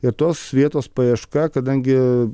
ir tos vietos paieška kadangi